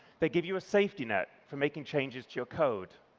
they give you a safety net for making changes to your code.